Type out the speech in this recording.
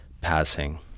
passing